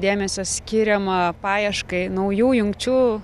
dėmesio skiriama paieškai naujų jungčių